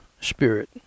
spirit